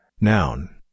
noun